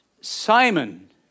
Simon